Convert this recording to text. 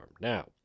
now